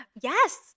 Yes